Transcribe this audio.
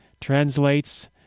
translates